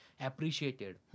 appreciated